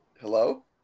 Hello